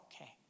Okay